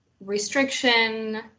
restriction